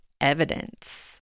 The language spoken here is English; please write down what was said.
evidence